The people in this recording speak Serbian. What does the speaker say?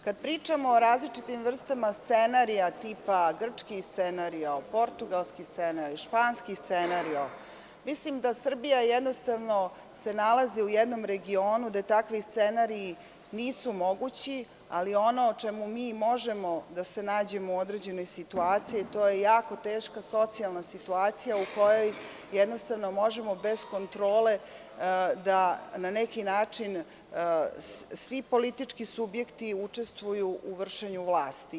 Kada pričamo o različitim vrstama scenarija tipa, grčki scenario, portugalski scenario, španski scenario, mislim da se Srbija jednostavno nalazi u jednom regionu gde takvi scenariji nisu mogući, ali ono u čemu mi možemo da se nađemo u određenoj situaciji to je jako teška socijalna situacija u kojoj jednostavno možemo bez kontrole da na neki način svi politički subjekti učestvuju u vršenju vlasti.